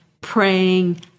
praying